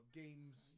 games